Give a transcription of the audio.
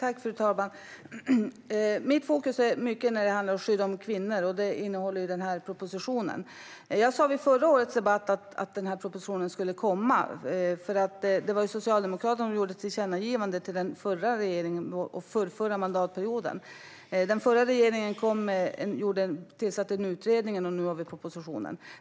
Fru talman! Mitt fokus ligger mycket på skydd av kvinnor, och propositionen innehåller det. Jag sa vid förra årets debatt att den här propositionen skulle komma, för det var ju Socialdemokraterna som drev igenom ett tillkännagivande till den förra regeringen under den förrförra mandatperioden. Den förra regeringen tillsatte en utredning, och nu har vi propositionen.